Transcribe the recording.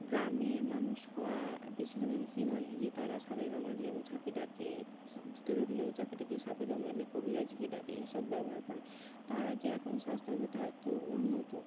গ্রামের মানুষ হওয়া বেশিরভাগই কি হয় যে তারা সাপে কামড়ালে ওঝাকে ডাকে ভূত ধরলে ওঝাকে ডেকে সাপে কামড়ালে কবিরাজিকে ডাকে এইসব ব্যবহার করে তারা যে এখন স্বাস্থ্য ব্যবস্থা এত উন্নত